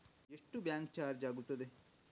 ಎಷ್ಟು bank charge ಆಗುತ್ತದೆ?